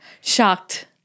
shocked